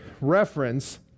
reference